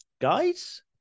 guys